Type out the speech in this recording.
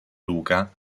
luca